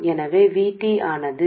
అది దానికంటే ఎక్కువగా ఉంటుంది